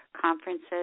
conferences